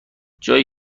جایی